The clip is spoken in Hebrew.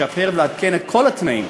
לשפר ולעדכן את כל התנאים.